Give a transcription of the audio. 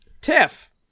Tiff